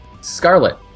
Scarlet